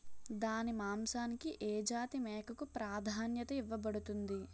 దాని మాంసానికి ఏ జాతి మేకకు ప్రాధాన్యత ఇవ్వబడుతుంది?